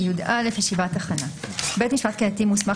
220יא.ישיבת הכנה בית משפט קהילתי מוסמך